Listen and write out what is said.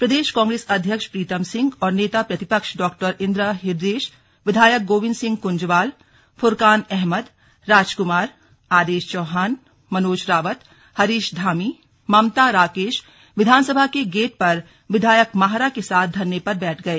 प्रदेश कांग्रेस अध्यक्ष प्रीतम सिंह और नेता प्रतिपक्ष डॉ इंदिरा हृदयेश विधायक गोविंद सिंह कुंजवाल फुरकान अहमद राजकुमार आदेश चौहान मनोज रावत हरीश धामी ममता राकेश विधानसभा के गेट पर विधायक माहरा के साथ धरने पर बैठ गए